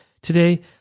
Today